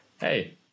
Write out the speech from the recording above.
hey